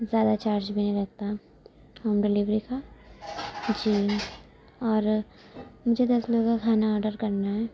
زیادہ چارج بھی نہیں لگتا ہوم ڈلیوری کا جی اور مجھے دس لوگوں کا کھانا آڈر کرنا ہے